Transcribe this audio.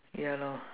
ya lor